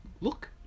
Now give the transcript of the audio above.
look